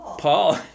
Paul